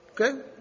Okay